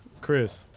Chris